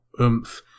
oomph